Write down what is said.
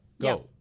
go